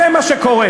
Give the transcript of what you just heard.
זה מה שקורה.